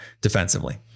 defensively